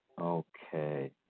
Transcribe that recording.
Okay